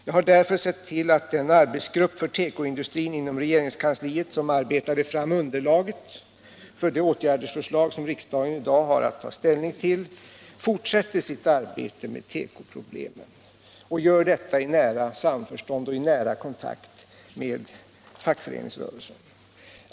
Jag har därför sett till att den arbetsgrupp för tekoindustrin som inom regeringskansliet arbetade fram underlaget för de åtgärdsförslag riksdagen i dag har att ta ställning till fortsätter sitt arbete med tekoproblemen och gör detta i nära kontakt och samförstånd med fackföreningsrörelsen.